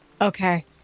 Okay